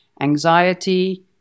anxiety